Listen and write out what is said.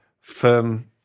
firm